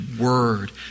word